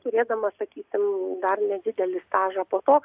turėdamas sakysim dar nedidelį stažą po to